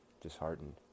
disheartened